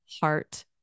heart